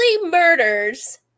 murders